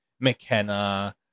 McKenna